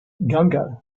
ganga